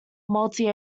multi